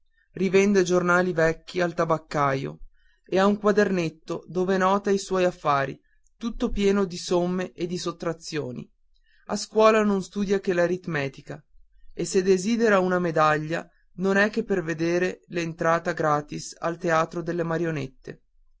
rivende giornali vecchi al tabaccaio e ha un quadernino dove nota i suoi affari tutto pieno di somme e di sottrazioni alla scuola non studia che l'aritmetica e se desidera la medaglia non è che per aver l'entrata gratis al teatro delle marionette